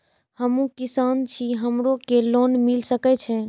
हमू किसान छी हमरो के लोन मिल सके छे?